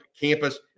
campus